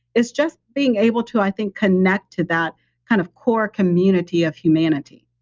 it's just being able to, i think, connect to that kind of core community of humanity.